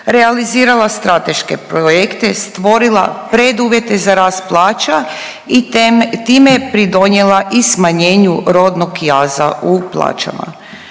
realizirala strateške projekte, stvorila preduvjete za rast plaća i time je pridonijela i smanjenju rodnog jaza u plaćama.